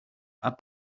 are